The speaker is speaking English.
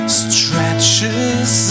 stretches